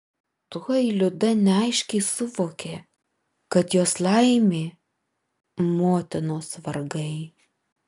tuoj liuda neaiškiai suvokė kad jos laimė motinos vargai